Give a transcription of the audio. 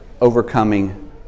overcoming